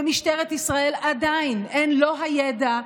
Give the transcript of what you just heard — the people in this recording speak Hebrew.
למשטרת ישראל עדיין אין לא הידע,